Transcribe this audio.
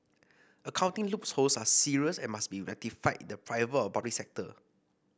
accounting loopholes are serious and must be rectified in the private or public sector